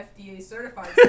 FDA-certified